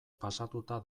pasatuta